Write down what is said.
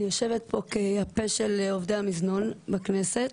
אני יושבת כפה של עובדי המזנון בכנסת.